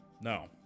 no